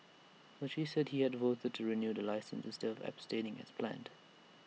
but she said he had voted to renew the licence instead of abstaining as planned